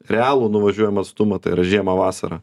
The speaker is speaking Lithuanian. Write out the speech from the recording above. realų nuvažiuojamą atstumą tai yra žiemą vasarą